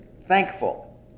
thankful